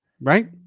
right